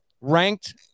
ranked